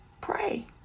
Pray